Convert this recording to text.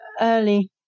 early